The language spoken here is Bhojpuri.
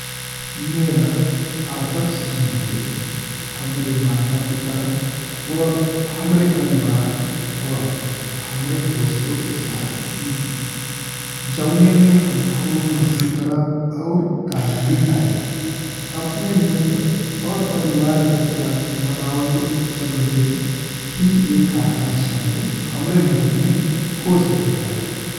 मेरा आदर्श जन्मदिन हमरा मात पिता वा हमरा परिवार बा। हमरा दोस्तों के साथ बीती जौन में हम खूब मस्ती करब और गाना भी गाइब, अपने मित्र और परिवार के साथ मनावल जन्मदिन ही एक आदर्श जन्मदिन, हमरा नजर में हो सकेला।